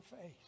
face